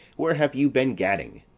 where have you been gadding?